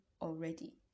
already